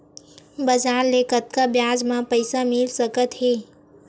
बजार ले कतका ब्याज म पईसा मिल सकत हे?